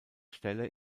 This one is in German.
stelle